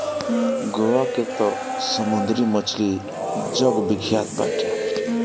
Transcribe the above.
गोवा के तअ समुंदरी मछली जग विख्यात बाटे